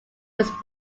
was